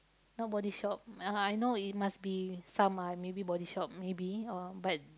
not Body-Shop uh I know it must be some ah maybe Body-Shop maybe or but